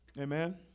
Amen